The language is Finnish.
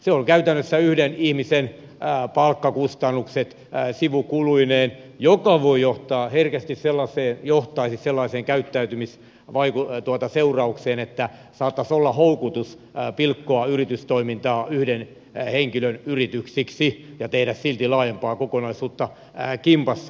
se on käytännössä yhden ihmisen palkkakustannukset sivukuluineen ja se herkästi johtaisi sellaiseen käyttäytymisseuraukseen että saattaisi olla houkutus pilkkoa yritystoimintaa yhden henkilön yrityksiksi ja tehdä silti laajempaa kokonaisuutta kimpassa